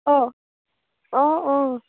অঁ অঁ অঁ